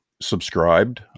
subscribed